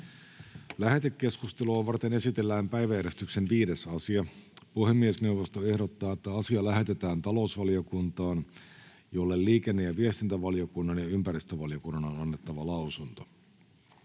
Lähetekeskustelua varten esitellään päiväjärjestyksen 5. asia. Puhemiesneuvosto ehdottaa, että asia lähetetään talousvaliokuntaan, jolle liikenne- ja viestintävaliokunnan, maa- ja metsätalousvaliokunnan sekä ympäristövaliokunnan on annettava lausunto.